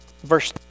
Verse